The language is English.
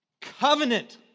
Covenant